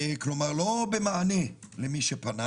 כלומר לא במענה למי שפנה